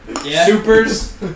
Supers